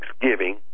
thanksgiving